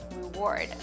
reward